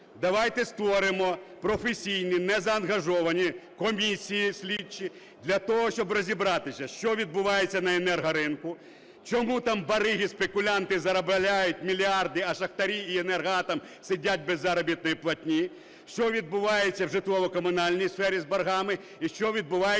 давайте створимо професійні незаангажовані комісії слідчі для того, щоб розібратися, що відбувається на енергоринку, чому там бариги, спекулянти заробляють мільярди, а шахтарі і "Енергоатом" сидять без заробітної платні, що відбувається в житлово-комунальній сфері з боргами і що відбувається з НАК